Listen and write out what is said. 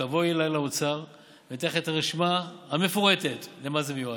שתבואי אליי לאוצר ואני אתן לך את הרשימה המפורטת למה זה מיועד,